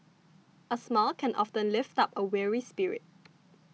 a smile can often lift up a weary spirit